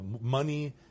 Money